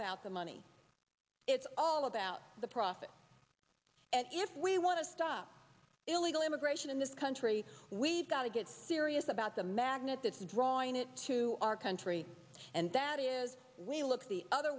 about the money it's all about the profit and if we want to stop illegal immigration in this country we've got to get serious about the magnet that's drawing it to our country and that is we look the other